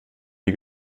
nie